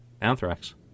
Anthrax